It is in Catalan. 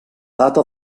data